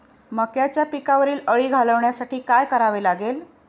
मक्याच्या पिकावरील अळी घालवण्यासाठी काय करावे लागेल?